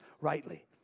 rightly